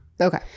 okay